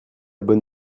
bonne